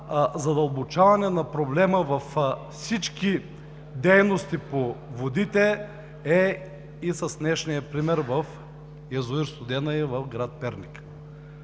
задълбочаване на проблема във всички дейности по водите е и днешният пример с язовир „Студена“ в град Перник.